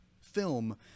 film